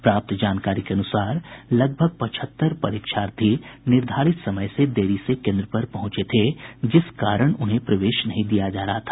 प्राप्त जानकारी के अनुसार लगभग पचहत्तर परीक्षार्थी निर्धारित समय से देरी से केन्द्र पर पहुंचे थे जिस कारण उन्हें प्रवेश नहीं दिया जा रहा था